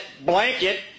blanket